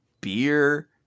beer